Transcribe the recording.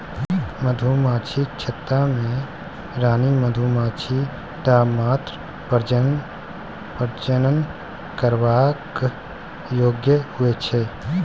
मधुमाछीक छत्ता मे रानी मधुमाछी टा मात्र प्रजनन करबाक योग्य होइ छै